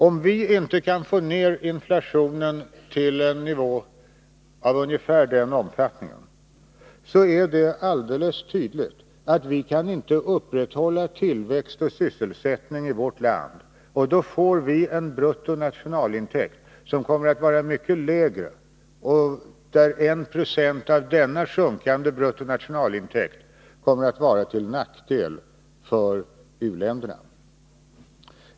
Om vi inte kan få ned inflationen till en nivå av ungefär den omfattningen, är det alldeles tydligt att vi inte kan upprätthålla tillväxt och sysselsättning i vårt land. Då får vi en mycket lägre bruttonationalintäkt, och 196 av denna sjunkande bruttonationalintäkt kommer att vara till nackdel för uländerna.